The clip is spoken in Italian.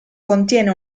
contiene